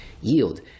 yield